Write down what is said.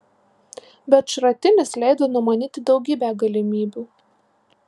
bet šratinis leido numanyti daugybę galimybių